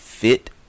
Fit